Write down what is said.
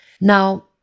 Now